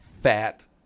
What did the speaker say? fat